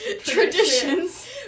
Traditions